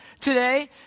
today